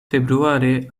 februare